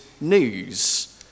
news